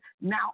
now